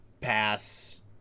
pass